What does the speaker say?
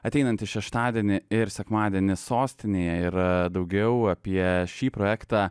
ateinantį šeštadienį ir sekmadienį sostinėje ir daugiau apie šį projektą